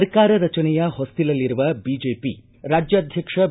ಸರ್ಕಾರ ರಚನೆಯ ಹೊಸ್ತಿಲಲ್ಲಿರುವ ಬಿಜೆಪಿ ರಾಜ್ಯಾಧಕ್ಷ ಬಿ